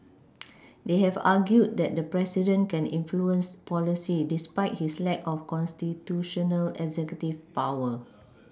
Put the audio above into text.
they have argued that the president can influence policy despite his lack of constitutional executive power